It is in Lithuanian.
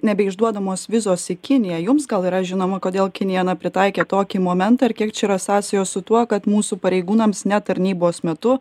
nebeišduodamos vizos į kiniją jums gal yra žinoma kodėl kinija na pritaikė tokį momentą ir kiek čia yra sąsajos su tuo kad mūsų pareigūnams ne tarnybos metu